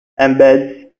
embeds